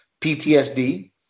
PTSD